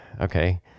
okay